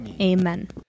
Amen